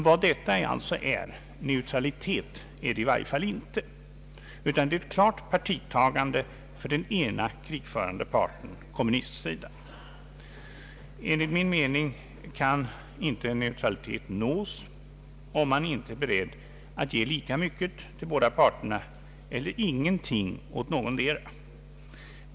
Vad detta än är — neutralitet är det i varje fall inte. Det är ett klart partitagande för den ena krigförande parten, nämligen kommunistsidan. Enligt min mening kan inte neutralitet nås om man inte är beredd att ge lika mycket till båda parter, eller ingenting åt någondera.